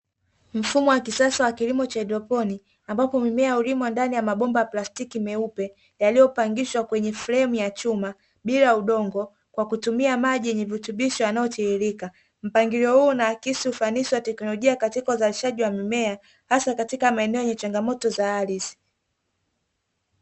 Mfumo wa kisasa wa kilimo cha haidroponi, ambapo mimea hulimwa ndani ya mabomba ya plastiki meupe, yaliyopangishwa kwenye fremu ya chuma bila udongo, kwa kutumia maji yenye virutubisho yanayotiririka. Mpangilio huu unaakisi ufanisi wa teknolojia katika uzalishaji wa mimea, hasa katika maeneo yenye changamoto za ardhi.